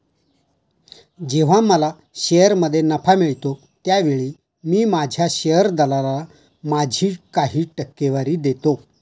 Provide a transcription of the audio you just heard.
जेव्हा मला शेअरमध्ये नफा मिळतो त्यावेळी मी माझ्या शेअर दलालाला माझी काही टक्केवारी देतो